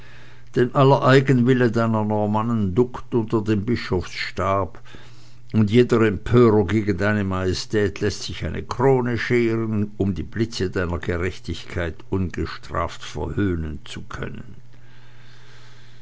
aller eigenwille deiner normannen duckt unter den bischofsstab und jeder empörer gegen deine majestät läßt sich eine krone scheren um die blitze deiner gerechtigkeit ungestraft verhöhnen zu können